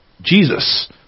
Jesus